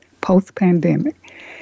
Post-Pandemic